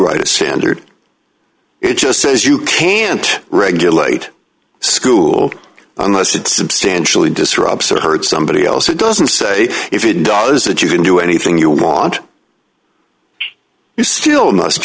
write a standard it just says you can't regulate school unless it's substantially disrupts or hurt somebody else it doesn't say if it does it you can do anything you want if you still must